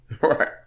right